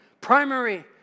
primary